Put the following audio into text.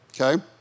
Okay